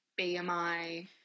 BMI